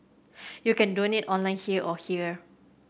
you can donate online here or here